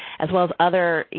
as well as other, you